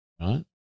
right